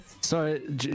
sorry